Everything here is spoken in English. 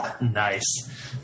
Nice